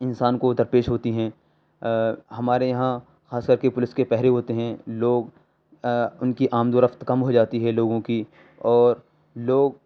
انسان کو در پیش ہوتی ہیں ہمارے یہاں خاص کر کے پولیس کے پہرے ہوتے ہیں لوگ ان کی آمد و رفت كم ہو جاتی ہے لوگوں کی اور لوگ